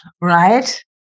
right